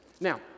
Now